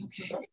Okay